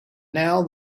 now